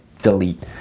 Delete